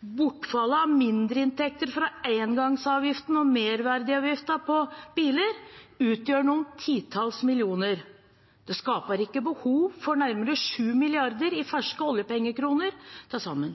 Bortfallet av mindreinntekter fra engangsavgiften og merverdiavgiften på biler utgjør noen titalls millioner. Det skaper ikke behov for nærmere 7 milliarder ferske oljepengekroner til sammen.